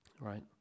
right